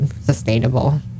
sustainable